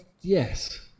Yes